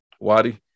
Wadi